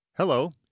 Hello